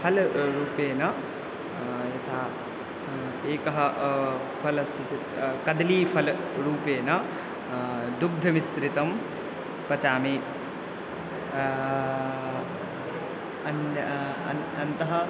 फलस्य रूपेण यथा एकं फलमस्ति चेत् कदली फलरूपेण दुग्धमिश्रितं पचामि अन्य अन्ते